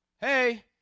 Hey